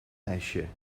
ijsje